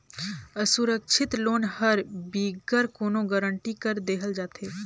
असुरक्छित लोन हर बिगर कोनो गरंटी कर देहल जाथे